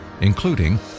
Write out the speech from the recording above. including